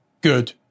good